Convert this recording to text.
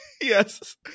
Yes